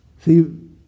See